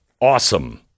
awesome